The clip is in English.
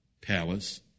palace